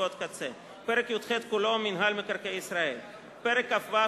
(בדיקות קצה); פרק י"ח כולו (מינהל מקרקעי ישראל); פרק כ"ו,